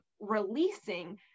releasing